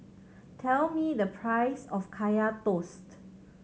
tell me the price of Kaya Toast